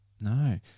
No